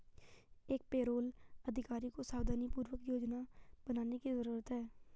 एक पेरोल अधिकारी को सावधानीपूर्वक योजना बनाने की जरूरत है